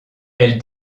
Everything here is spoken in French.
elles